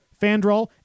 Fandral